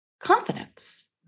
confidence